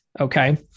Okay